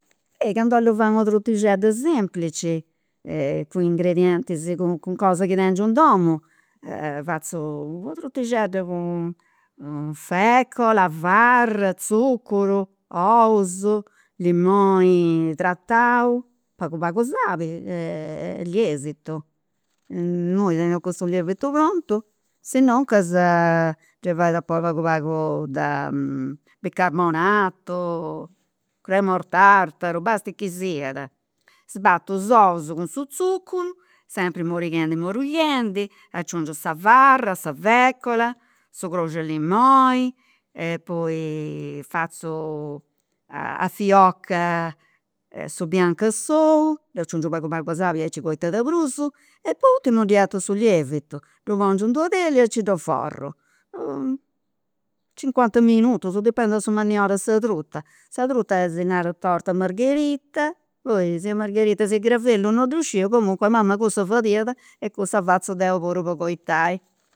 Candu 'ollu fai una trutixedda semplici cun ingredientis cun cosa chi tengiu in domu fatzu una trutixedda cun fecola, farra tzuccuru ous limoni tratau, pagu pagu sali e e lievitu, imui teneus cussu lievitu prontus, sinnuncas gei fait a ponni pagu pagu da bicarbonatu, cremor tartato, basti chi siat. Sbattu is ous cun su tzuccuru, sempri morighendi morighendi, aciungiu sa farra, sa fecola, su croxu 'e limoni e poi fatzu a fiocca su biancu 'e s'ou, dd'aciungiu pagu pagu sali aici acoita de prus e po urtimu ddi 'ettu su lievitu, ddu pongiu in d'una teglia e nci ddu inforru. cincuanta minutus, dipendit de su manniori de sa truta, sa truta si narat torta Margherita, poi sia margherita sia gravellu non ddu sciu, comunque mama cussa fadiat e cussa fatzu deu puru po acoitai